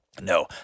No